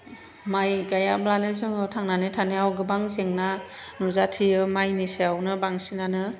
माइ गायाब्लानो जोङो थांनानै थानायाव गोबां जेंना नुजाथियो माइनि सायावनो बांसिनानो